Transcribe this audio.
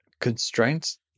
constraints